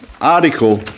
article